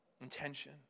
intention